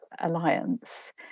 alliance